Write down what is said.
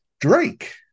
Drake